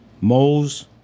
moles